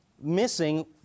missing